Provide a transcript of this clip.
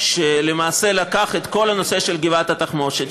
שלקח את כל הנושא של גבעת התחמושת,